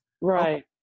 right